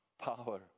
power